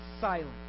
silent